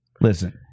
Listen